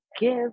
give